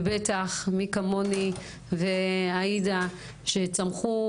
ובטח מי כמוני ועאידה שצמחו